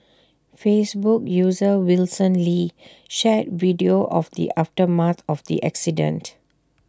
Facebook user Wilson lee shared video of the aftermath of the accident